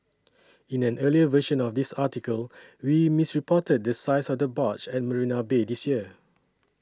in an earlier version of this article we misreported the size of the barge at Marina Bay this year